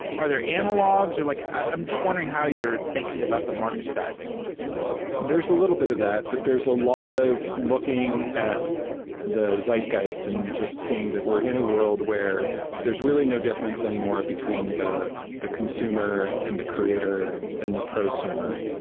are there analogs? like i'm just wondering how you're thinking about the market sizing there's a little bit of that. but there's a lot of looking at the zeitgeist and just seeing that we're in a world where there's really no difference anymore between the the consumer and the creator and the prosumer.